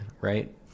right